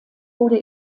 wurde